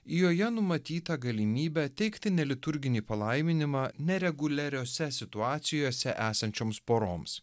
joje numatyta galimybė teikti neliturginį palaiminimą nereguliariose situacijose esančioms poroms